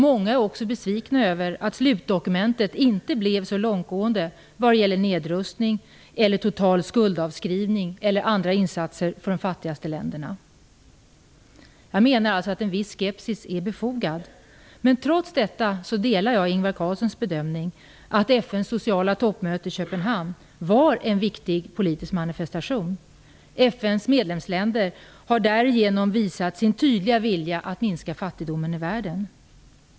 Många är också besvikna över att slutdokumentet inte blev så långtgående vad gäller nedrustning, total skuldavskrivning eller andra insatser för de fattigaste länderna. Jag menar alltså att en viss skepsis är befogad. Trots detta delar jag Ingvar Carlssons bedömning att FN:s sociala toppmöte i Köpenhamn var en viktig politisk manifestation. FN:s medlemsländer har därigenom visat sin tydliga vilja att minska fattigdomen i världen.